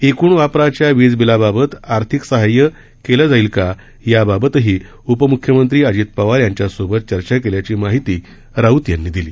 एकूण वापराच्या वीज बिलाबाबत आर्थिक सहाय्य करण्यात येईल का याबाबतही उपमूख्यमंत्री अजित पवार यांच्या सोबत चर्चा केल्याची माहिती राऊत यांनी दिली